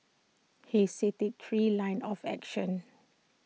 he cited three lines of action